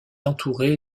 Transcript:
entouré